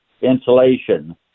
insulation